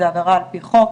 זאת עבירה על פי החוק,